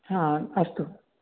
हा अस्तु